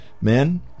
Men